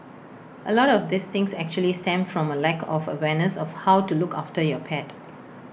A lot of these things actually stem from A lack of awareness of how to look after your pet